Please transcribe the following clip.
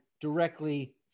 directly